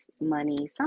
money